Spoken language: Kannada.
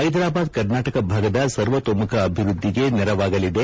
ಹೈದರಾಬಾದ್ ಕರ್ನಾಟಕ ಭಾಗದ ಸರ್ವತೋಮುಖ ಅಭವೃದ್ದಿಗೆ ನೆರವಾಗಅದೆ